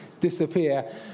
disappear